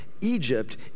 Egypt